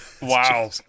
Wow